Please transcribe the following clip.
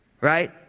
Right